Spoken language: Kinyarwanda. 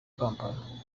kampala